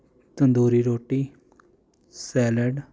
ਤੰਦੂਰੀ ਰੋਟੀ ਸੈਲਡ